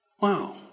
Wow